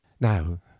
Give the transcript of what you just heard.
Now